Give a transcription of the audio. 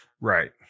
Right